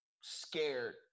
scared